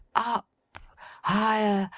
up higher,